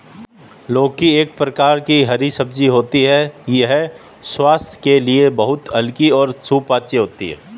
लौकी एक प्रकार की हरी सब्जी होती है यह स्वास्थ्य के लिए बहुत हल्की और सुपाच्य होती है